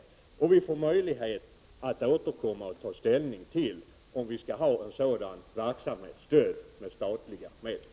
Vi kommer att få möjlighet att ta ställning till om den verksamheten skall stödjas med statliga medel.